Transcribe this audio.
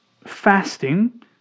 fasting